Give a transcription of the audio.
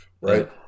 right